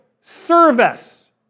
service